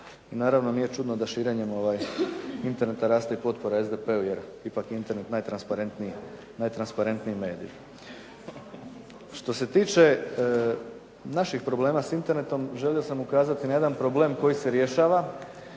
Naravno nije čudno da širenjem Interneta raste i potpora i SDP-u, jer je ipak Internet najtransparentniji medij. Što se tiče naših problema s internetom želio sam ukazati na jedan problem koji se rješava.